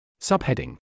Subheading